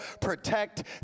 protect